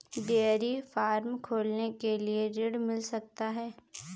Dairy farm खोलने के लिए ऋण मिल सकता है?